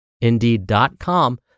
Indeed.com